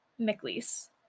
McLeese